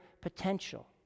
potential